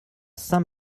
saint